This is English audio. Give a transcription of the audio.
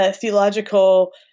theological